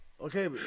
Okay